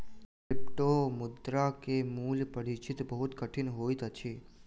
क्रिप्टोमुद्रा के मूल परिचय बहुत कठिन होइत अछि